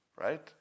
right